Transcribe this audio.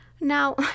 Now